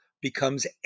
becomes